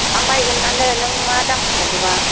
आं बायगोनानो नों मा दाम खालामदोंबा